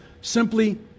simply